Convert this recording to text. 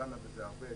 דנה בזה הרבה,